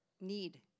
need